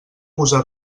posar